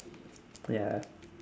ya